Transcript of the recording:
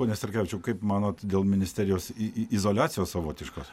pone starkevičiau kaip manot dėl ministerijos į į izoliacijos savotiškos